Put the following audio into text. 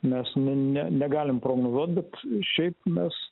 mes ne ne negalim prognozuot bet šiaip mes